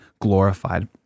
glorified